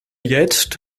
jetzt